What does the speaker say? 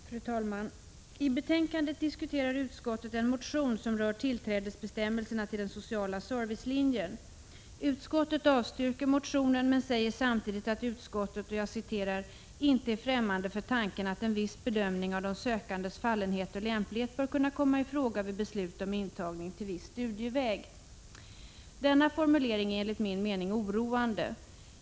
Fru talman! I betänkandet diskuterar utskottet en motion som rör bestämmelserna för tillträde till sociala servicelinjen. Utskottet avstyrker motionen men säger samtidigt: ”Utskottet är emellertid inte ftämmande för tanken att en viss bedömning av de sökandes fallenhet och lämplighet bör kunna komma i fråga vid beslut om intagning till viss studieväg.” Denna formulering är enligt min mening oroande.